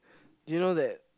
you know that